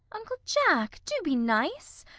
uncle jack, do be nice.